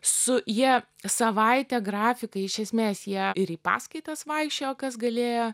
su ja savaitę grafikai iš esmės jie ir į paskaitas vaikščiojo kas galėjo